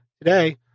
Today